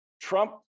Trump